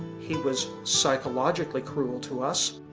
he was psychologically cruel to us.